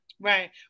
Right